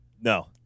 No